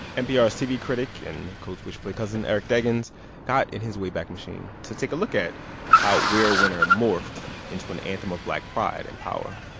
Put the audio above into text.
npr's tv critic and code switch play cousin eric deggans got in his wayback machine to take a look at how we're a winner morphed into an anthem of black pride and power